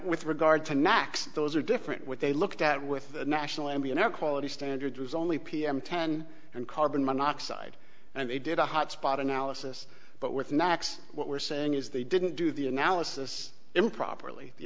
with regard to knox those are different what they looked at with the national ambient air quality standard was only pm ten and carbon monoxide and they did a hot spot analysis but with next what we're saying is they didn't do the analysis improperly the